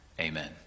Amen